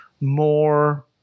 more